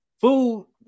food